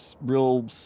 real